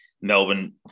Melbourne